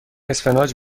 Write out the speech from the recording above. اسفناج